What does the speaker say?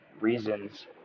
reasons